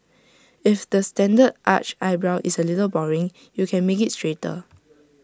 if the standard arched eyebrow is A little boring you can make IT straighter